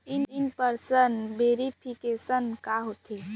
In person verification का होथे?